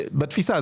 בתפיסה.